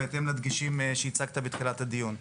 בהתאם לדגשים שהצגת בתחילת הדיון.